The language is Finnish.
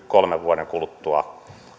kolmen vuoden kuluttua